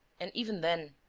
and even then.